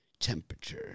Temperature